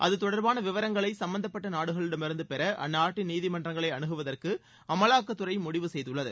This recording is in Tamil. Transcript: அது தொடர்பான விவரங்களை சம்பந்தப்பட்ட நாடுகளிடமிருந்து பெற அந்நாட்டின் நீதிமன்றங்களை அனுகுவதற்கு அமலாக்கத்துறை முடிவு செய்துள்ளது